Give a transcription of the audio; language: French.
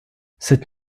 sept